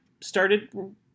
started